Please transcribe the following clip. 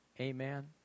Amen